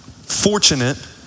fortunate